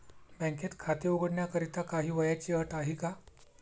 बँकेत खाते उघडण्याकरिता काही वयाची अट आहे का?